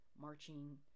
marching